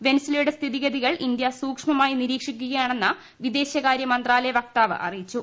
വെനസ്വേലയുടെ സ്ഥിതിഗതികൾ ഇന്ത്യ സൂക്ഷ്മമായി നിരീക്ഷിക്കുകയാണെന്ന് വിദേശകാരൃ മന്ത്രാലയ വക്താവ് അറിയിച്ചു